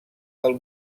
del